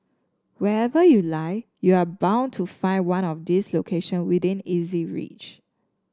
wherever you lie you are bound to find one of these location within easy reach